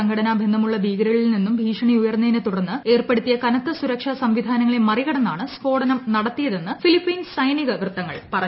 സംഘടനാ ബന്ധമുള്ള ഭീക്ർര്റിൽ നിന്നും ഭീഷണി ഉയർന്നതിനെ തുടർന്ന് ഏർപ്പെടുത്തിയ കനത്ത സുരക്ഷാ സംവിധാനങ്ങളെ മറികടന്നാണ് സ്ഫോടനം നടത്തിയതെന്ന് ഫിലിപ്പൻസ് സൈനിക മ്യൂത്തങ്ങൾ പറഞ്ഞു